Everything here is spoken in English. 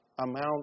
amount